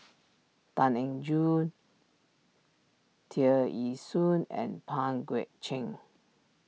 Tan Eng Joo Tear Ee Soon and Pang Guek Cheng